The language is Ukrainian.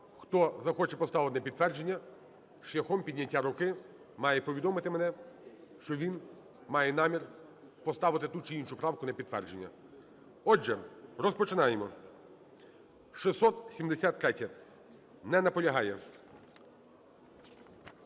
Хто захоче поставити на підтвердження, шляхом підняття руки має повідомити мене, що він має намір поставити ту чи іншу на підтвердження. Отже, розпочинаємо. 673-я. Не наполягає.